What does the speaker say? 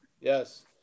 Yes